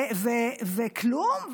וכלום?